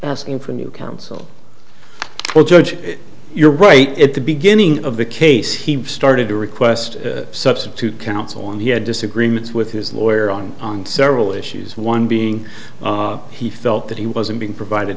asking for new counsel for judge you're right at the beginning of the case he started to request substitute counsel on he had disagreements with his lawyer on on several issues one being he felt that he wasn't being provided